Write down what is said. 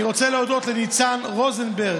אני רוצה להודות לניצן רוזנברג,